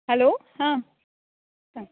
hello आ सांग